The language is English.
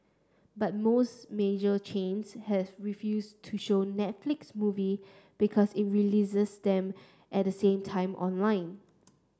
but most major chains has refused to show Netflix movie because it releases them at the same time online